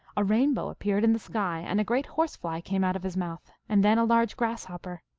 a rainbow appeared in the sky, and a great horse-fly came out of his mouth, and then a large grasshopper.